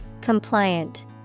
Compliant